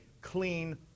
clean